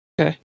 Okay